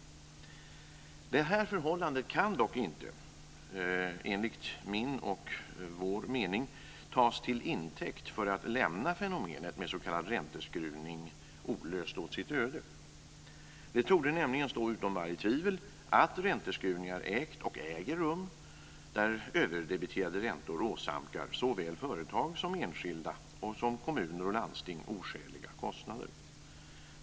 Det förhållandet kan dock inte enligt min och vår mening tas till intäkt för att lämna fenomenet med s.k. ränteskruvning olöst åt sitt öde. Det torde nämligen stå utom varje tvivel att ränteskruvningar ägt rum, och äger rum, där överdebiterade räntor åsamkat såväl företag och enskilda som kommuner och landsting oskäliga kostnader.